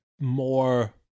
more